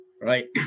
Right